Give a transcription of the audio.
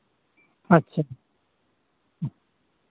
ᱟᱪᱪᱷᱟ ᱦᱮᱸ